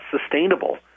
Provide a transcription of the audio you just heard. sustainable